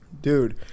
Dude